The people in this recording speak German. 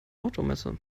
automesse